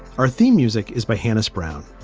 our theme music is by hannis brown.